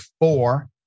four